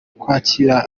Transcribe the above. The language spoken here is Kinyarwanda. kwakira